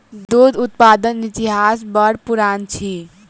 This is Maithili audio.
दूध उत्पादनक इतिहास बड़ पुरान अछि